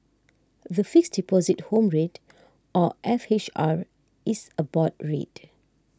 the Fixed Deposit Home Rate or F H R is a board rate